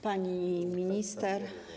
Pani Minister!